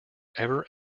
ever